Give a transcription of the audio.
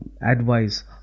advice